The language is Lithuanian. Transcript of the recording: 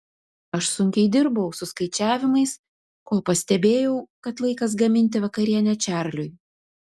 aš sunkiai dirbau su skaičiavimais kol pastebėjau kad laikas gaminti vakarienę čarliui